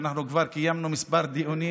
שאנחנו כבר קיימנו עליו כמה דיונים,